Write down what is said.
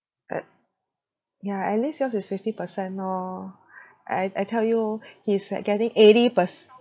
at ya at least yours is fifty percent lor I I tell you he's like getting eighty perc~